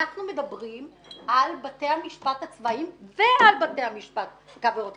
אלא אנחנו מדברים גם על בתי המשפט הצבאיים וגם על בתי המשפט בקו הירוק.